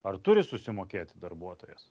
ar turi susimokėti darbuotojas